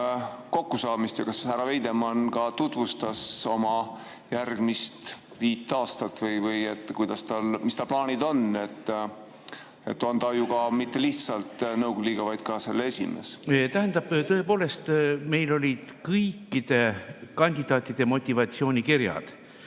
kokkusaamist ja kas härra Veidemann tutvustas oma järgmist viit aastat või seda, mis plaanid tal on? On ta ju mitte lihtsalt nõukogu liige, vaid ka selle esimees. Tähendab, tõepoolest, meil olid kõikide kandidaatide motivatsioonikirjad.